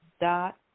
dot